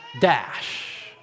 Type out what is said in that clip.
dash